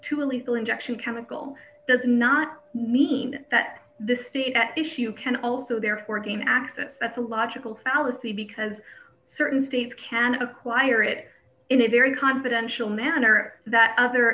a lethal injection chemical does not mean that this issue can also therefore gain access that's a logical fallacy because certain states can acquire it in a very confidential manner that other